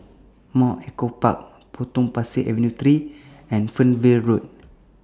Mount Echo Park Potong Pasir Avenue three and Fernvale Road